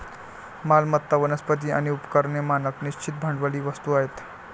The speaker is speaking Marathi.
मालमत्ता, वनस्पती आणि उपकरणे मानक निश्चित भांडवली वस्तू आहेत